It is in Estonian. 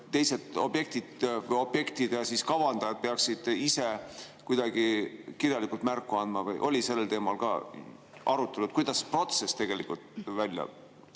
teised objektid või objektide kavandajad peaksid ise kuidagi kirjalikult märku andma? Oli sellel teemal ka arutelud, kuidas protsess tegelikult välja